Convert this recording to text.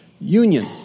union